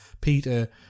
Peter